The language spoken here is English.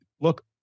Look